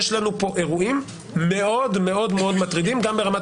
יש לנו פה אירועים מאוד מאוד מאוד מטרידים גם ברמת